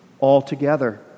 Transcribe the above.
altogether